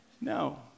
No